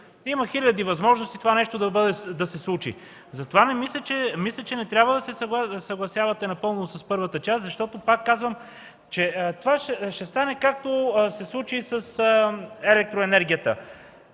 Има хиляди възможности това нещо да се случи. Затова мисля, че не трябва да се съгласявате напълно с първата част, защото пак казвам, че това ще стане, както се случи с електроенергията.